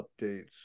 updates